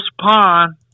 Pond